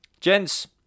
gents